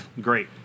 great